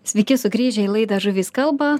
sveiki sugrįžę į laidą žuvys kalba